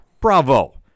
Bravo